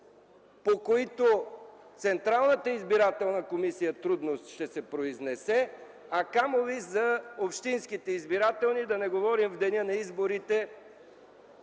по които Централната избирателна комисия трудно ще се произнесе, а камо ли от общинските избирателни комисии, да не говорим в деня на изборите